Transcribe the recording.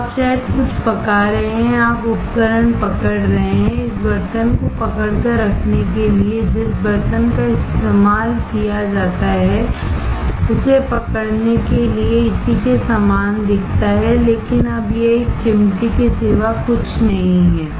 तो आप शायद कुछ पका रहे हैं आप उपकरण पकड़ रहे हैं इस बर्तन को पकड़कर रखने के लिए जिस बर्तन को इस्तेमाल किया जाता है उसे पकड़ने के लिए इसी के समान दिखता है लेकिन अब यह एक चिमटी के सिवा कुछ नहीं है